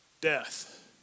Death